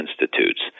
institutes